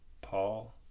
Paul